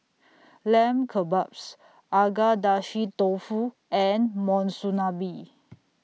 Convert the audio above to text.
Lamb Kebabs Agedashi Dofu and Monsunabe